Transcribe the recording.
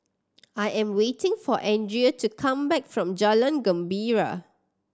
I am waiting for Andrea to come back from Jalan Gembira